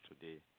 today